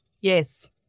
Yes